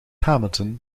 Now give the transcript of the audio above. hamilton